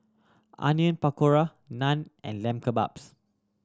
Onion Pakora Naan and Lamb Kebabs